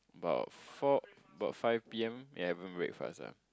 about four about five P_M yeah haven't break fast ah